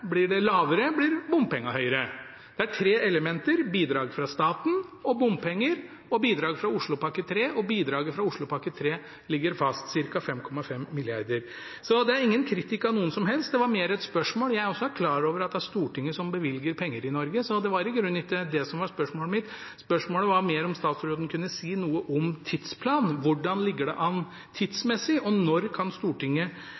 blir bompengeandelen høyere. Det er tre elementer: bidrag fra staten, bompenger og bidrag fra Oslopakke 3. Bidraget fra Oslopakke 3 ligger fast – ca. 5,5 mrd. kr. Så det er ingen kritikk av noen, det var mer et spørsmål. Jeg er også klar over at det er Stortinget som bevilger penger i Norge, så det var i grunnen ikke det som var spørsmålet mitt. Spørsmålet var mer om statsråden kunne si noe om tidsplanen – hvordan ligger det an